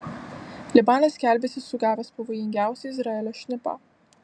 libanas skelbiasi sugavęs pavojingiausią izraelio šnipą